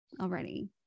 already